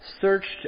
searched